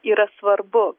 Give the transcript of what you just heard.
yra svarbu